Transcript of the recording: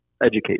educate